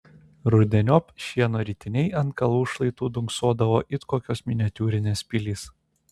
rudeniop šieno ritiniai ant kalvų šlaitų dunksodavo it kokios miniatiūrinės pilys